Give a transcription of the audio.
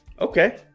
Okay